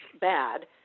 bad